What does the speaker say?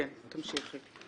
כן, תמשיכי.